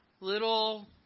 little